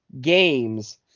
games